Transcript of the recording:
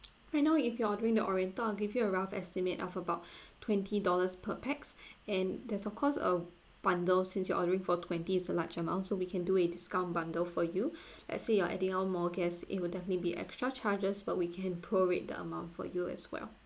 right now if you're ordering the oriental I'll give you a rough estimate of about twenty dollars per pax and there's of course a bundle since you're ordering for twenty is a large amount so we can do a discount bundle for you let's say you're adding on more guests it will definitely be extra charges but we can prorate the amount for you as well